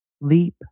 leap